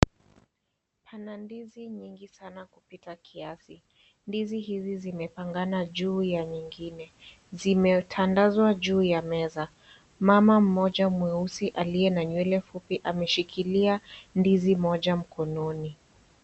Pana ndizi mingi sana kufika kiasi. Ndizi hizi zimepangana juu ya nyingine. Zimetandazwa juu ya meza. Mama mmoja mweusi aliye na nywele fupi ameshikilia ndizi moja mkononi.